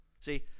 See